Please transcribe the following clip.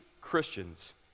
Christians